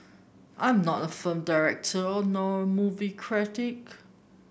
I'm not a film director or nor a movie critic